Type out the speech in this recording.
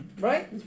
Right